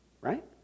Right